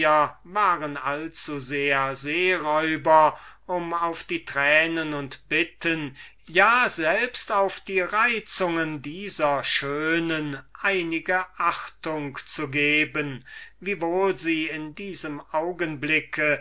waren allzusehr seeräuber als daß sie auf die tränen und bitten noch selbst auf die reizungen dieser schönen einige achtung gemacht hätten welche doch in diesem augenblick